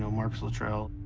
so marcus luttrell.